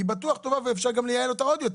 היא בטוח טובה, ואפשר גם לייעל אותה עוד יותר.